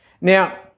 Now